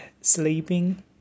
sleeping